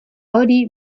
hori